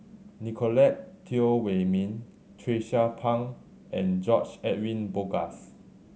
Nicolette Teo Wei Min Tracie Pang and George Edwin Bogaars